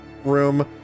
room